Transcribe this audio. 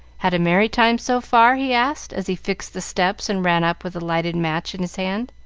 had a merry time so far? he asked, as he fixed the steps and ran up with a lighted match in his hand.